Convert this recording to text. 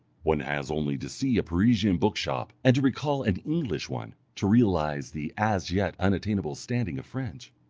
one has only to see a parisian bookshop, and to recall an english one, to realize the as yet unattainable standing of french.